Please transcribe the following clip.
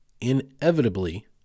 inevitably